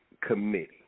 Committee